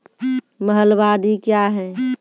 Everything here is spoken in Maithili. महलबाडी क्या हैं?